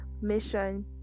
mission